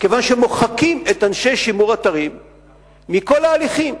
כיוון שמוחקים את אנשי שימור האתרים מכל ההליכים.